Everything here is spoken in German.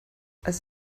als